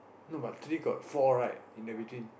no but three got four right in the between